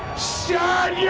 start